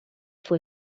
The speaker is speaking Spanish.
fue